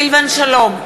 סילבן שלום,